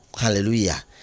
hallelujah